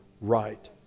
right